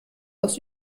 aus